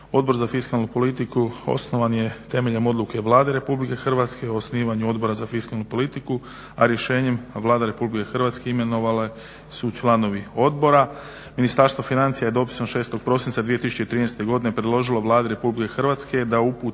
Odbor za fiskalnu politiku osnovan je temeljem Odluke Vlade Republike Hrvatske o osnivanju Odbora za fiskalnu politiku, a rješenjem Vlada Republike Hrvatske imenovali su članovi Odbora. Ministarstvo financija je dopisom 6. prosinca 2013. godine predložilo Vladi Republike Hrvatske da uputi